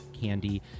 Candy